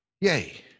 yay